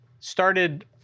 Started